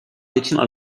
většina